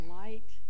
light